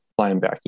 linebacking